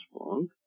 wrong